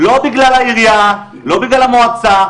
לא בגלל העירייה, ולא בגלל המועצה.